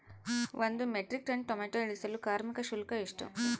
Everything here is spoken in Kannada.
ಒಂದು ಮೆಟ್ರಿಕ್ ಟನ್ ಟೊಮೆಟೊ ಇಳಿಸಲು ಕಾರ್ಮಿಕರ ಶುಲ್ಕ ಎಷ್ಟು?